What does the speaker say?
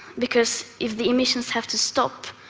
because if the emissions have to stop,